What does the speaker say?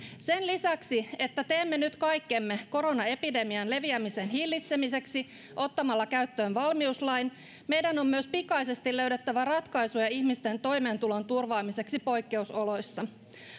sen lisäksi että teemme nyt kaikkemme koronaepidemian leviämisen hillitsemiseksi ottamalla käyttöön valmiuslain meidän on myös pikaisesti löydettävä ratkaisuja ihmisten toimeentulon turvaamiseksi poikkeusoloissa